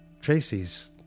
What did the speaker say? Tracy's